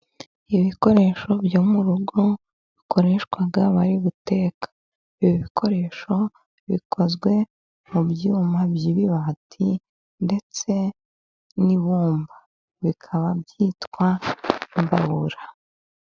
Ibikoresho byo mu rugo bikoreshwa bari guteka, ibi bikoresho bikozwe mu byuma by'ibibati ndetse n'ibumba, bikaba byitwa imbabura.